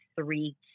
three